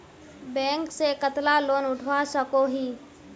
Bank से कतला loan उठवा सकोही?